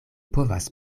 povas